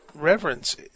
reverence